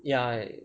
ya